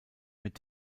mit